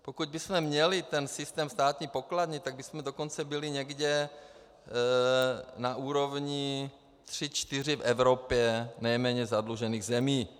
Pokud bychom měli systém státní pokladny, tak bychom dokonce byli někde na úrovni 3, 4 v Evropě nejméně zadlužených zemí.